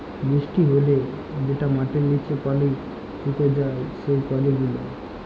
বৃষ্টি হ্যলে যেটা মাটির লিচে পালি সুকে যায় সেই পালি গুলা